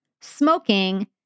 smoking